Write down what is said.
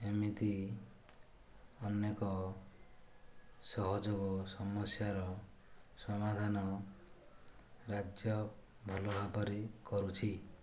ଏମିତି ଅନେକ ସହଯୋଗ ସମସ୍ୟାର ସମାଧାନ ରାଜ୍ୟ ଭଲ ଭାବରେ କରୁଛି